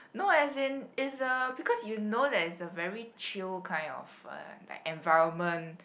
no as in it's a because you know that it's a very chill kind of uh like environment